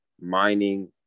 mining